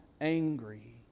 angry